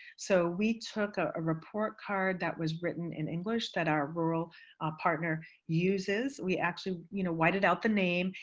so we took a report card that was written in english that our rural partner uses. we actually you know whited out the name,